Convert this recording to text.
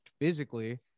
physically